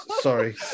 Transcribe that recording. Sorry